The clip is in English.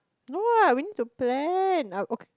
no what we need to plan